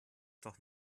doch